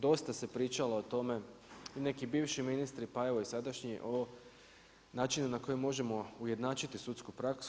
Dosta se pričalo o tome i neki bivši ministri pa evo i sadašnji o načinu na koji možemo ujednačiti sudsku praksu.